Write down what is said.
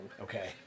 okay